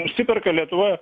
nusiperka lietuva